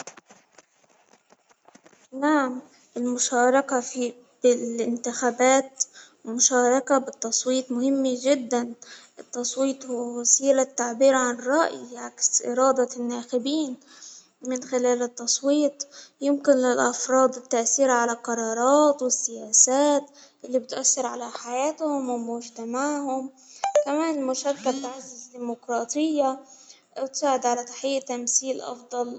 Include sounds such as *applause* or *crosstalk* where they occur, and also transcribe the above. نعم المشاركة في الإنتخابات مشاركة بالتصويت مهم جدا، التصويت هو وسيلة التعبير عن رأي يعكس إرادة الناخبين، من خلال التصويت ،يمكن للأفراد التأثير على القرارات والسياسات ، اللي بتأثر على حياتهم ومجتمعهم، *noise* كمان المشاركة *noise* بتعزز الديموقراطية، تساعد علي تحقيق تمثيل أفضل.